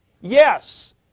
Yes